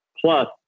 Plus